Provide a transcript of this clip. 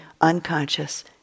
unconscious